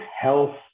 health